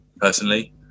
personally